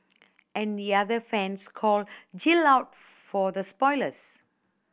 and the other fans called Jill out for the spoilers